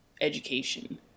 education